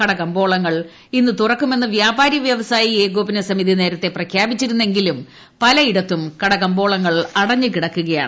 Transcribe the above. കടകമ്പോളങ്ങൽ ഇന്നു തുറക്കുമെന്ന് വ്യാപാരി വ്യവസായി ഏകോപന സമിതി നേരത്തെ പ്രഖ്യാപിച്ചിരുന്നെങ്കിലും പലയിടത്തും കടകമ്പോളങ്ങൾ അടഞ്ഞു കിടക്കുകയാണ്